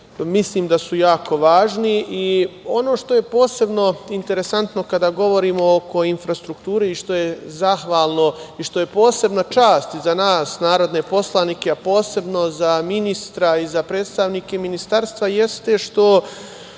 zakone. Mislim da su jako važni i ono što je posebno interesantno kada govorimo oko infrastrukture, što je zahvalno i posebna čast i za nas narodne poslanike, a posebno za ministra i za predstavnike ministarstva jeste što